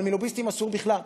אבל מלוביסטים אסור בכלל.